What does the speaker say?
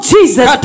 Jesus